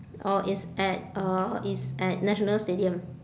uh it's at uh it's at national stadium